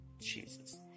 Jesus